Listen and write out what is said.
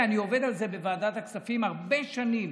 אני עובד על זה בוועדת הכספים הרבה שנים,